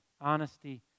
Honesty